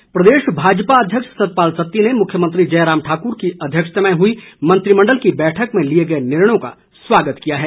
सत्ती प्रदेश भाजपा अध्यक्ष सतपाल सत्ती ने मुख्यमंत्री जयराम ठाकुर की अध्यक्षता में हुई मंत्रिमण्डल की बैठक में लिए गए निर्णयों का स्वागत किया है